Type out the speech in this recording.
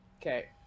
Okay